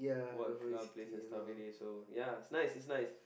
work a lot of place are starve really so ya it's nice it's nice